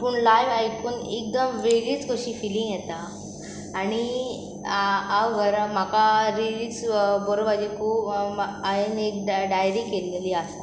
पूण लायव आयकून एकदम वेळीच कशी फिलींग येता आनी हांव घर म्हाका रिलीज बरोपाची खूब हांवें एक डायरी केल्लेली आसा